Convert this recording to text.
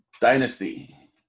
Dynasty